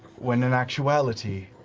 when in actuality,